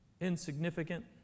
insignificant